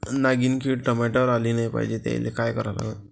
नागिन किड टमाट्यावर आली नाही पाहिजे त्याले काय करा लागन?